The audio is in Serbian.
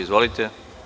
Izvolite.